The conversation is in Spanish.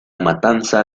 matanza